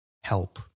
help